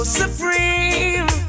supreme